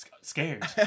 scared